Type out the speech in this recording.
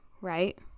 right